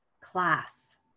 class